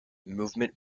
movement